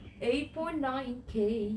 eight point nine K